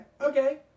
okay